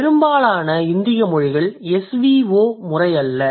பெரும்பாலான இந்திய மொழிகள் SVO முறை அல்ல